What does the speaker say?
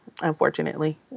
unfortunately